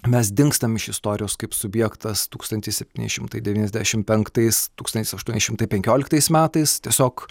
mes dingstam iš istorijos kaip subjektas tūkstantis septyni šimtai devyniasdešim penktais tūkstantis aštuoni šimtai penkioliktais metais tiesiog